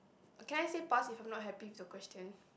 can I say pass if I'm not happy with the question